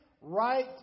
Right